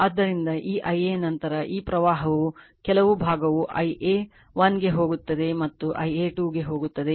ಆದ್ದರಿಂದ ಈ Ia ನಂತರ ಈ ಪ್ರವಾಹವು ಕೆಲವು ಭಾಗವು Ia 1 ಗೆ ಹೋಗುತ್ತದೆ ಮತ್ತು Ia 2 ಗೆ ಹೋಗುತ್ತದೆ